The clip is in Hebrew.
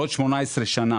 בעוד 18 שנה